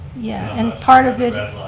yeah, and part of it